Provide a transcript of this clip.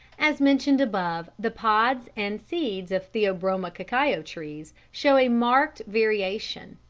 as mentioned above, the pods and seeds of theobroma cacao trees show a marked variation,